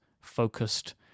focused